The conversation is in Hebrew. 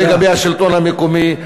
לגבי השלטון המקומי,